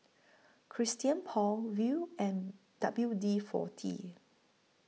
Christian Paul Viu and W D forty